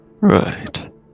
Right